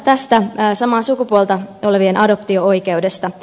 tästä samaa sukupuolta olevien adoptio oikeudesta